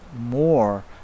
more